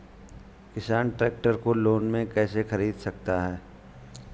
किसान ट्रैक्टर को लोन में कैसे ख़रीद सकता है?